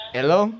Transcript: Hello